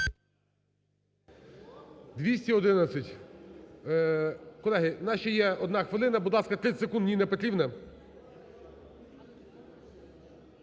За-211 Колеги, у нас ще є одна хвилина. Будь ласка, 30 секунд, Ніна Петрівна.